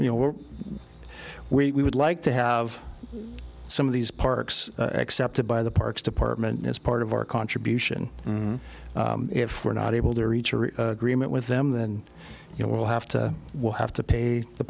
you know what we would like to have some of these parks accepted by the parks department is part of our contribution if we're not able to reach an agreement with them then you know we'll have to we'll have to pay the